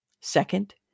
Second